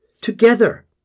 together